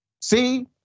see